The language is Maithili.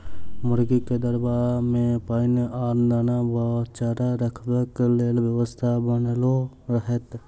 मुर्गीक दरबा मे पाइन आ दाना वा चारा रखबाक लेल व्यवस्था बनाओल रहैत छै